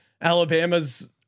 Alabama's